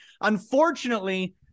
Unfortunately